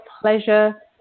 pleasure